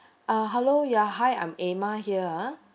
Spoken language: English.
uh hello ya hi I'm emma here ah